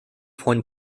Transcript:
von